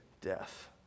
death